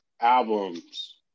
albums